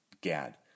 Gad